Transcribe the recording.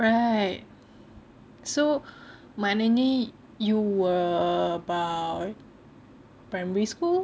right so maknanya you were about primary school